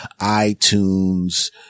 iTunes